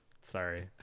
Sorry